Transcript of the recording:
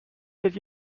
did